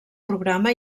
programa